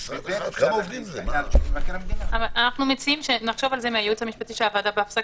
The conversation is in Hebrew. אנחנו מציעים שנחשוב על זה בהפסקה עם הייעוץ המשפטי של הוועדה.